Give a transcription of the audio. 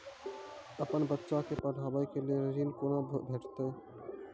अपन बच्चा के पढाबै के लेल ऋण कुना भेंटते?